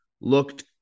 looked